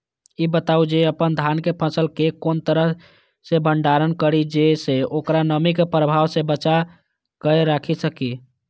ई बताऊ जे अपन धान के फसल केय कोन तरह सं भंडारण करि जेय सं ओकरा नमी के प्रभाव सं बचा कय राखि सकी?